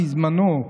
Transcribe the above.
בזמנו,